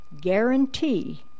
guarantee